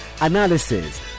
analysis